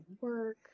work